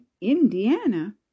Indiana